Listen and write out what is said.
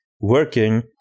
working